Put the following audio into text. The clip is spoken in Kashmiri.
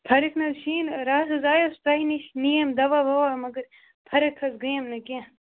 فرق نہ حظ شیٖن راتھ حظ آیَس تۄہہِ نِش نِیِم دوہ وَوہ مگر فرق حظ گٔیم نہٕ کیٚنٛہہ